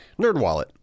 NerdWallet